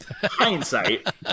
hindsight